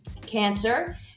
cancer